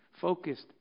focused